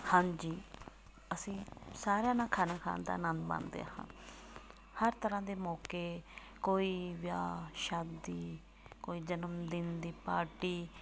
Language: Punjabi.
ਹਾਂਜੀ ਅਸੀਂ ਸਾਰਿਆਂ ਨਾਲ ਖਾਣਾ ਖਾਣ ਦਾ ਆਨੰਦ ਮਾਣਦੇ ਹਾਂ ਹਰ ਤਰ੍ਹਾਂ ਦੇ ਮੌਕੇ ਕੋਈ ਵਿਆਹ ਸ਼ਾਦੀ ਕੋਈ ਜਨਮ ਦਿਨ ਦੀ ਪਾਰਟੀ